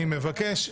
אני מבקש,